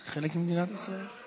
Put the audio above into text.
זה חלק ממדינת ישראל.